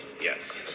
Yes